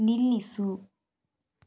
ನಿಲ್ಲಿಸು